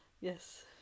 Yes